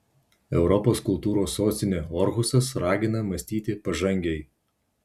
europos kultūros sostinė orhusas ragina mąstyti pažangiai